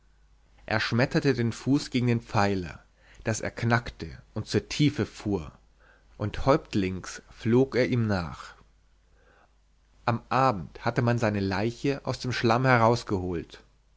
er schmetterte den fuß gegen den pfeiler daß er knackte und zur tiefe fuhr und häuptlings flog er ihm nach am abend hatte man seine leiche aus dem schlamm herausgeholt